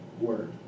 word